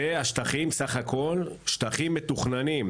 אלה סך כל השטחים המתוכננים,